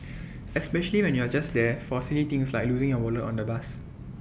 especially when you're just there for silly things like losing your wallet on the bus